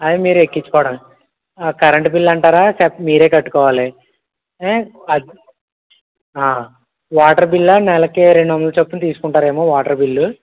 అది మీరు ఎక్కించుకోవడానికి కరెంట్ బిల్ అంటారా చెప్ మీరే కట్టుకోవాలి వాటర్ బిల్ నెలకి రెండు వందలు చొప్పున తీసుకుంటారేమో వాటర్ బిల్లు